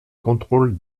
contrôle